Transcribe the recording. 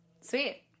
Sweet